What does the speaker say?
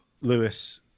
Lewis